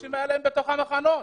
האנשים האלה הם בתוך המחנות.